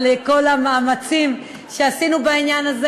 על כל המאמצים שעשינו בעניין הזה.